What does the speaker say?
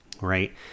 right